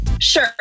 Sure